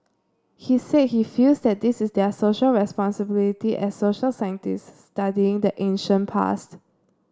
he said he feels that this is their Social Responsibility as social scientists studying the ancient past